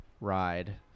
ride